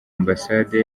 ambasade